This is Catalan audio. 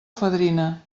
fadrina